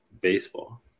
baseball